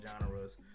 genres